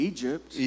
Egypt